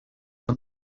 juan